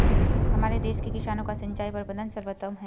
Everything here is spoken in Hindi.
हमारे देश के किसानों का सिंचाई प्रबंधन सर्वोत्तम है